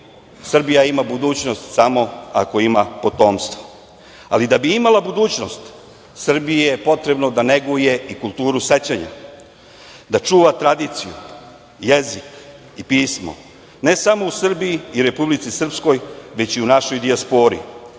Srbija ima budućnost samo ako ima potomstvo. Ali, da bi imala budućnost Srbiji je potrebno da neguje i kulturu sećanja, da čuva tradiciju, jezik i pismo ne samo u Srbiji i Republici Srpskoj već i u našoj dijaspori.